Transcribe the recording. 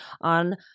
on